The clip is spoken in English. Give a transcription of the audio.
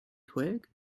twig